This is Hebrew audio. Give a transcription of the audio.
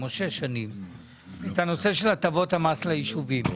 שבע שנים העניין של הטבות המס לישובים.